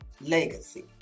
legacy